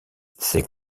ses